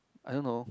I don't know